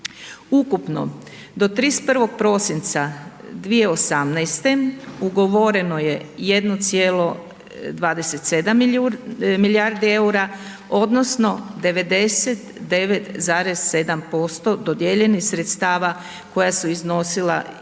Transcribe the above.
Ukupno, do 31. prosinca 2018. ugovoreno je 1,27 milijardi EUR-a odnosno 99,7% dodijeljenih sredstava koja su iznosila 1,28